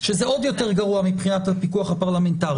שזה עוד יותר גרוע מבחינת הפיקוח הפרלמנטרי.